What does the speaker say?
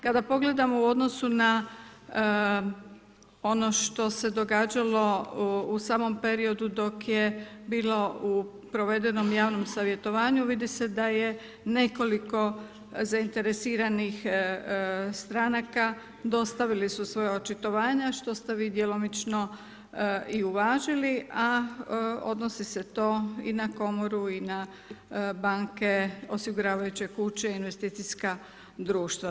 Kada pogledamo u odnosu na ono što se događalo u samom periodu dok je bilo provedeno u javnom savjetovanju, vidi se da je nekoliko zainteresiranih stranka, dostavili su svoja očitovanja, što ste vi djelomično i uvažili, a odnosi se to i na Komoru i na banke, osiguravajuće kuće, investicijska društva.